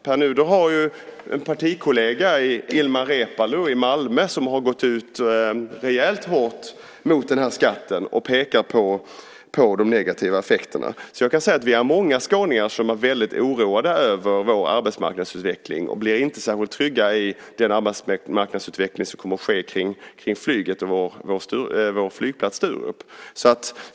Pär Nuder har en partikollega i Ilmar Reepalu i Malmö som har gått ut rejält hårt mot den här skatten och pekat på de negativa effekterna. Vi är många skåningar som har varit väldigt oroade över vår arbetsmarknadsutveckling och som inte blir särskilt trygga i den arbetsmarknadsutveckling som kommer att ske kring flyget och vår flygplats Sturup.